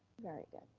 very good.